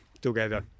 together